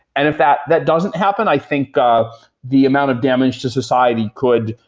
and if that that doesn't happen, i think ah the amount of damage to society could,